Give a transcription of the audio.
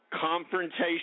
Confrontation